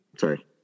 sorry